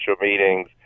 meetings